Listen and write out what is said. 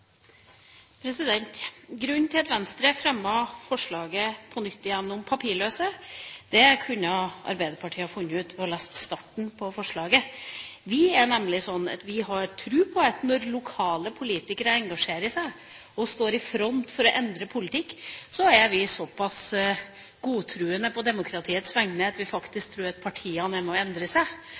Grunnen til at Venstre fremmer forslaget om papirløse på nytt, kunne Arbeiderpartiet ha funnet ut ved å lese starten på forslaget. Vi er nemlig så pass godtroende på demokratiets vegne at vi har tro på at partiene endrer seg når lokale politikere engasjerer seg og står i front for å endre politikk.